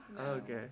Okay